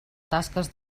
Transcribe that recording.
tasques